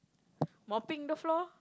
mopping the floor